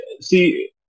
see